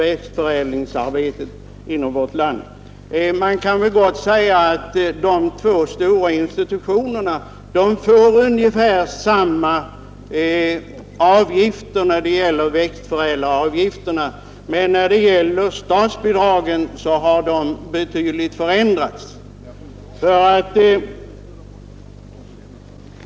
Man kan gott säga att förhållandet mellan de två stora institutionerna är ungefär detsamma som tidigare när det gäller växtför ädlingsavgifterna, men när det gäller statsbidragen har förhållandet dem Nr 53 emellan förändrats betydligt.